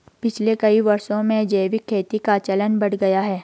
पिछले कई वर्षों में जैविक खेती का चलन बढ़ गया है